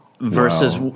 Versus